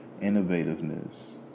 innovativeness